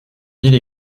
ville